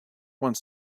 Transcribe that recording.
one